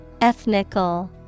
Ethnical